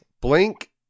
blink